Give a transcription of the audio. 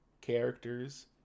characters